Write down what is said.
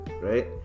right